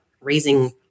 raising